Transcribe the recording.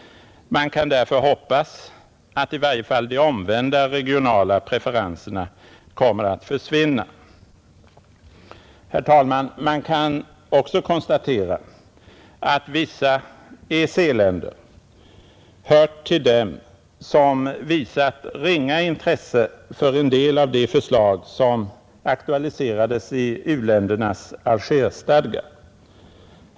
Man kan därför hoppas, att i varje fall de omvända regionala preferenserna kommer att försvinna, Herr talman! Man kan också konstatera att vissa EEC-länder hört till dem som visat ringa intresse för en del av de förslag som aktualiserades i u-ländernas Algerstadga.